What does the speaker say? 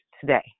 today